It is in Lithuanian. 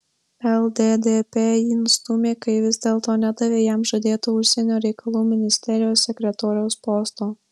lddp jį nustūmė kai vis dėlto nedavė jam žadėto užsienio reikalų ministerijos sekretoriaus posto